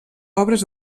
obres